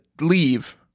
leave